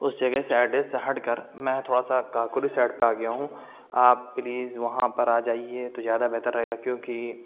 اس جگہ سے ایڈریس ہٹ کر میں تھوڑا سا کاکوری سائڈ پہ آ گیا ہوں آپ پلیز وہاں پر آ جائیے تو زیادہ بہتر رہے گا کیونکہ